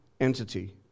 entity